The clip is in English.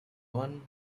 one